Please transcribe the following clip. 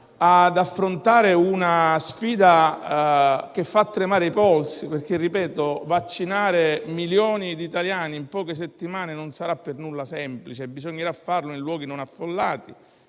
ad affrontare una sfida che fa tremare i polsi, perché vaccinare milioni di italiani in poche settimane non sarà per nulla semplice. Bisognerà farlo in luoghi non affollati,